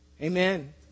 Amen